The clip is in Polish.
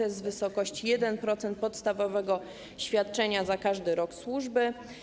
Jest to wysokość wynosząca 1% podstawowego świadczenia za każdy rok służby.